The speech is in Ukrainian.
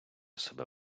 себе